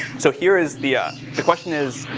so, here is the ah the question is,